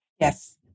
Yes